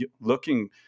looking